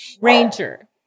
Ranger